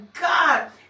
God